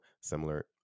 similar